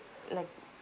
like